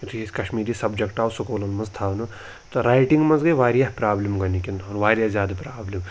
یِتھُے اَسہِ کَشمیٖری سَبجَکٹ آو سکوٗلَن منٛز تھاونہٕ تہٕ رایٹِنٛگ منٛز گٔے واریاہ پرٛابلِم گۄڈنِکٮ۪ن دۄہَن واریاہ زیاد پرٛابلِم